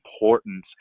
importance